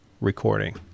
recording